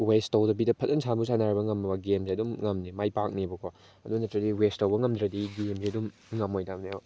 west ꯇꯧꯗꯕꯤꯗ ꯐꯖꯅ ꯁꯥꯟꯕꯨ ꯁꯥꯟꯅꯔꯕ ꯉꯝꯃꯕ ꯒꯦꯝꯁꯦ ꯑꯗꯨꯝ ꯉꯝꯅꯤ ꯃꯥꯏ ꯄꯥꯛꯅꯦꯕꯀꯣ ꯑꯗꯨ ꯅꯠꯇ꯭ꯔꯗꯤ ꯋꯦꯁ ꯇꯧꯕ ꯉꯝꯗ꯭ꯔꯗꯤ ꯒꯦꯝꯁꯦ ꯑꯗꯨꯝ ꯉꯝꯃꯣꯏꯗꯝꯅꯦꯕ